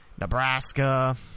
Nebraska